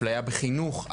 אפליה בחינוך,